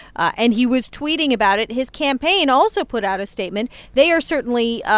and he was tweeting about it. his campaign also put out a statement. they are certainly,